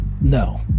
No